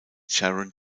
sharon